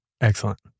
excellent